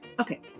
Okay